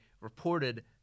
reported